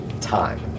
time